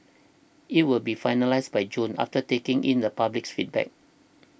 it will be finalised by June after taking in the public's feedback